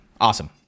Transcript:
Awesome